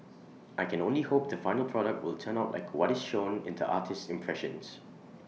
I can only hope the final product will turn out like what is shown in the artist's impressions